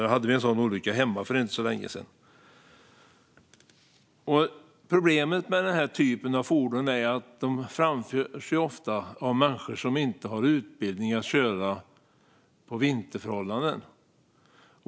Vi hade en sådan olycka hemma för inte så länge sedan. Problemet med denna typ av fordon är att de ofta framförs av människor som inte har utbildning för att köra i vinterförhållanden.